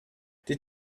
did